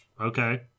Okay